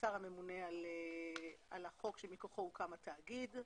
השר הממונה על החוק מכוחו הוקדם התאגיד.